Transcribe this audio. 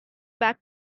back